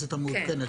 כן.